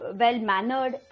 well-mannered